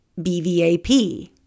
BVAP